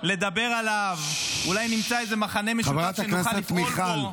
לדבר עליו -- חברת הכנסת מיכל,